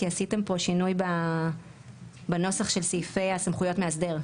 כי עשיתם פה שינוי בנוסח של סעיפי סמכויות מאסדר.